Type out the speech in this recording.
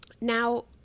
now